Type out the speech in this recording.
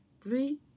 three